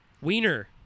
Wiener